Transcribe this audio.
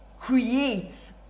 creates